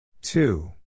two